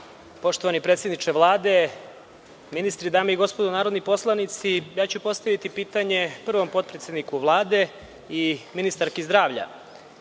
poštovani predsedniče Vlade, ministri, dame i gospodo narodni poslanici, postaviću pitanje prvom potpredsedniku Vlade i ministarki zdravlja.